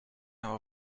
our